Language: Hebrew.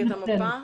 המפות